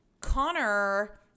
Connor